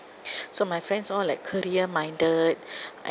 so my friends all like career minded